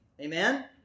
Amen